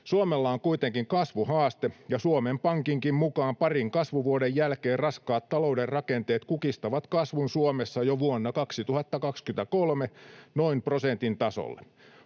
Suomella on kuitenkin kasvuhaaste, ja Suomen Pankinkin mukaan parin kasvuvuoden jälkeen raskaat talouden rakenteet kukistavat kasvun Suomessa jo vuonna 2023 noin prosentin tasolle.